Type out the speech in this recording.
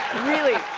really.